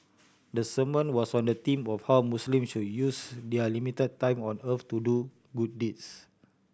the sermon was on the theme of how Muslim should use their limited time on earth to do good deeds